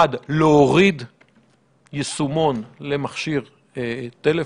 אחד להוריד יישומון למכשיר טלפון.